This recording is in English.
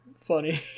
funny